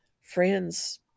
friends